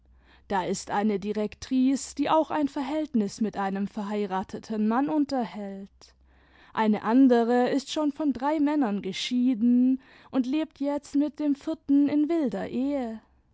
da ist eine direktrice die auch ein verhältnis mit einem verheirateten mann unterhält eine andere ist schon von drei männern geschieden und lebt jetzt mit dem vierten in wilder ehe